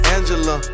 Angela